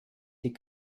die